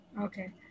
okay